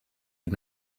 had